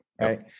right